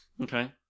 Okay